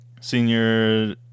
Senior